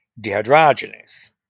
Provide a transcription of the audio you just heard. dehydrogenase